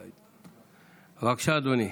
בבקשה, אדוני.